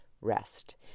rest